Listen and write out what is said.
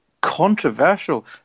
Controversial